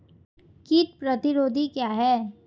कीट प्रतिरोधी क्या है?